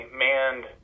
manned